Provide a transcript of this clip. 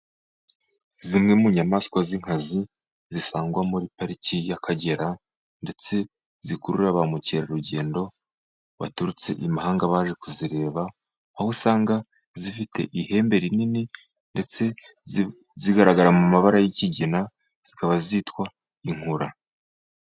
Zimwe mu nyamaswa z'inkazi zisangwa muri pariki y'akagera, ndetse zikurura ba mukerarugendo baturutse i mahanga baje kuzireba, aho usanga zifite ihembe rinini, ndetse zigaragara mu mabara y'ikigina, zikaba zitwa inkura.